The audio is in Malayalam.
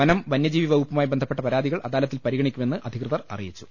വനം വന്യജീവി വകുപ്പുമായി ബന്ധപ്പെട്ട പരാതികൾ അദാലത്തിൽ പരിഗണിക്കുമെന്ന് അധികൃതർ അറിയിച്ചു